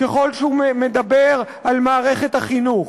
ככל שהוא מדבר על מערכת החינוך,